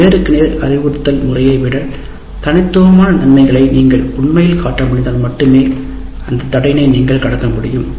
நேருக்கு நேர் அறிவுறுத்தல் முறையைவிட தனித்துவமான நன்மைகளை நீங்கள் உண்மையில் காட்ட முடிந்தால் மட்டுமே அந்த தடையினை நீங்கள் கடக்க முடியும்